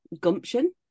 gumption